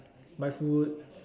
buy food